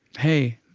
hey,